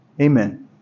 Amen